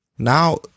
Now